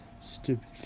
Stupid